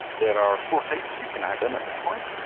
there are four types you can add in at this point.